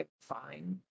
fine